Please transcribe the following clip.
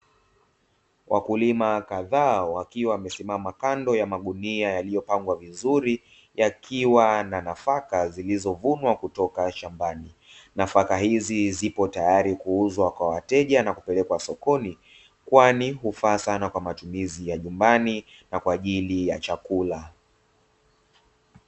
Wakulima kadhaa wakiwa wamesimama kando ya magunia yaliyopangwa vizuri, yakiwa na nafaka zilizovunwa kutoka shambani. Nafaka hizi zipo tayari kuuzwa kwa wateja na kupelekwa sokoni kwani hufaa sana kwa matumizi ya nyumbani na kwa ajili ya chakula.